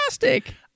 fantastic